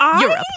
Europe